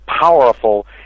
powerful